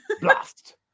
blast